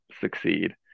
succeed